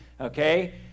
okay